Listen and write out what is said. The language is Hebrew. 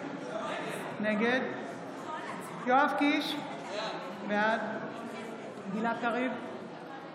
נגד יואב קיש, בעד גלעד קריב, נגד שלמה קרעי,